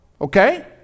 Okay